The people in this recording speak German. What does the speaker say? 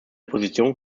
position